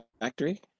factory